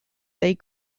they